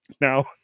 now